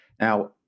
Now